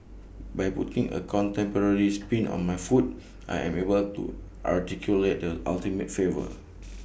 by putting A contemporary spin on my food I am able to articulate the ultimate flavour